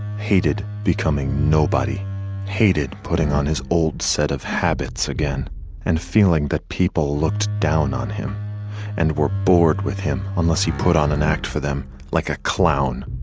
hated becoming nobody hated putting on his old set of habits again and feeling that people looked down on him and were bored with him unless he put on an act for them like a clown,